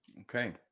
Okay